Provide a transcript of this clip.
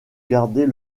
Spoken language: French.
garder